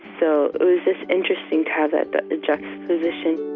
so it was just interesting to have that juxtaposition